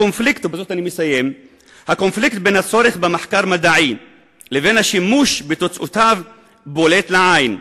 הקונפליקט בין הצורך במחקר מדעי לבין השימוש בתוצאותיו בולט לעין.